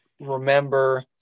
remember